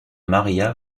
maria